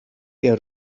der